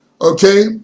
okay